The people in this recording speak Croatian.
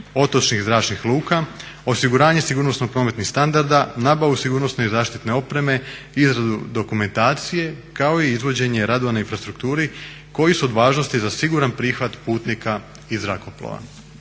otočnih zračnih luka, osiguranje sigurnosno-prometnih standarda, nabavu sigurnosne i zaštitne opreme, izradu dokumentacije, kao i izvođenje radova na infrastrukturi koji su od važnosti za siguran prihvat putnika i zrakoplova.